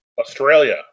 Australia